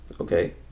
Okay